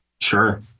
Sure